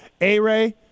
A-Ray